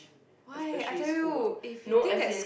especially school ah no as in